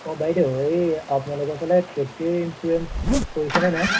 অঁ বাইদেউ এই আপোনালোকৰফালে খেতিৰ ইঞ্চুৰেঞ্চ কৰিছে নে নাই